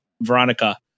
Veronica